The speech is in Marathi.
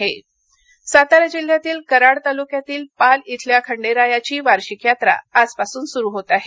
पाल यात्रा सातारा सातारा जिल्ह्यातील कराड तालुक्यातील पाल इथल्या खंडेरायाची वार्षिक यात्रा आजपासून सुरु होत आहे